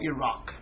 Iraq